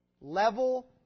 level